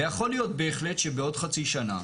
ויכול להיות בהחלט שבעוד חצי שנה,